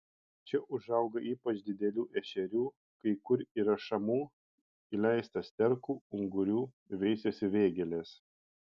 čia užauga ypač didelių ešerių kai kur yra šamų įleista sterkų ungurių veisiasi vėgėlės